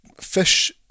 fish